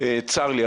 צר לי,